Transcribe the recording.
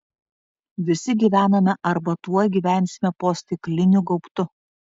visi gyvename arba tuoj gyvensime po stikliniu gaubtu